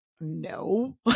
no